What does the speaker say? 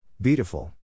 Beautiful